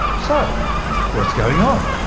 so what's going on?